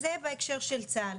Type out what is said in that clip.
אז זה בהקשר של צה"ל.